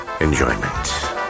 enjoyment